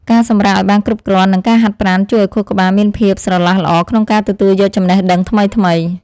ការសម្រាកឱ្យបានគ្រប់គ្រាន់ និងការហាត់ប្រាណជួយឱ្យខួរក្បាលមានភាពស្រឡះល្អក្នុងការទទួលយកចំណេះដឹងថ្មីៗ។